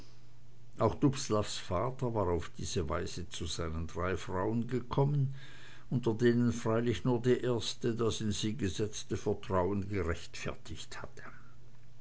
auch dubslavs vater war auf die weise zu seinen drei frauen gekommen unter denen freilich nur die erste das in sie gesetzte vertrauen gerechtfertigt hatte